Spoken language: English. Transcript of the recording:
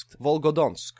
Volgodonsk